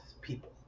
people